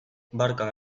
barka